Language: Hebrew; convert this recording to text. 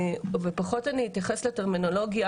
ופחות אני אתייחס לטרמינולוגיה,